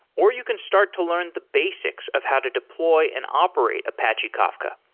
or you can start to learn the basics of how to deploy and operate apache kafka.